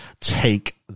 take